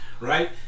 right